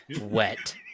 Wet